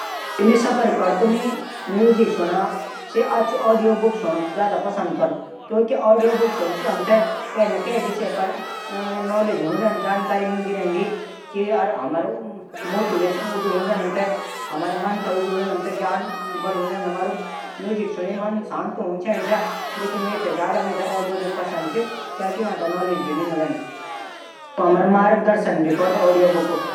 लाल रंग शक्तिशाली और भावात्मक च। और प्रेम और जूनून का प्रतीक चा। लाल रंग खतरा चेतावनी भी दिःदू। लाल रंग हमथे प्रेम जूनून ऊर्जा शक्ति खतरा और चेतावनी दिलांदू।